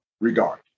regard